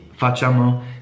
Facciamo